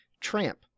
Tramp